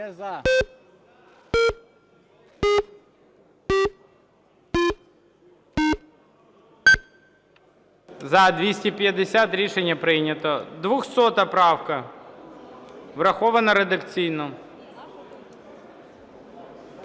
За-250 Рішення прийнято. 200 правка, врахована редакційно.